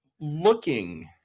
looking